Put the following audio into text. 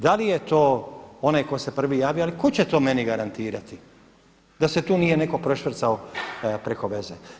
Da li je to onaj koji se prvi javio, ali tko će to meni garantirati da se tu nije netko prošvercao preko veze?